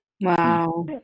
Wow